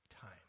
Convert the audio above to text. time